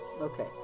okay